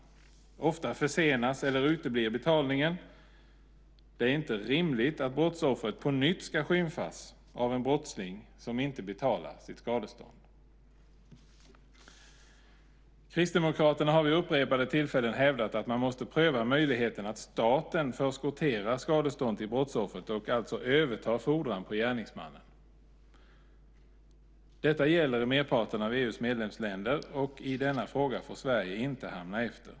Ofta försenas eller uteblir betalningen. Det är inte rimligt att brottsoffret på nytt ska skymfas av en brottsling som inte betalar sitt skadestånd. Kristdemokraterna har vid upprepade tillfällen hävdat att man måste pröva möjligheten att staten förskotterar skadestånd till brottsoffret och alltså övertar fordran på gärningsmannen. Detta gäller i merparten av EU:s medlemsländer, och Sverige får inte hamna efter i denna fråga.